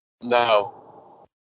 No